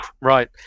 right